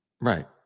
Right